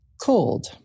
cold